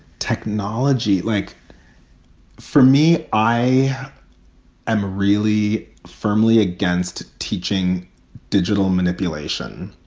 technology, like for me, i am really firmly against teaching digital manipulation,